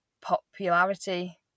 popularity